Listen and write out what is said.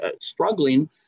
struggling